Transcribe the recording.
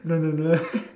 no no no